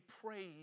praise